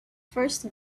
first